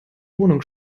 wohnung